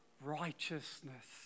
righteousness